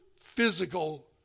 physical